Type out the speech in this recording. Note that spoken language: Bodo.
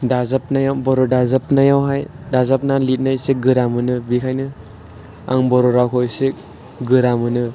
दाजाबनायाव बर' दाजाबनायावहाय दाजाबना लिरनो एसे गोरा मोनो बेनिखायनो आं बर' रावखौ एसे गोरा मोनो